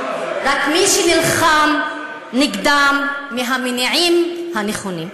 רק מי שנלחם נגדם מהמניעים הנכונים.